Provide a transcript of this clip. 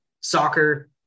soccer